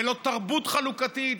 ולא תרבות חלוקתית,